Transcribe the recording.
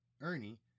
Ernie